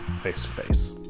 face-to-face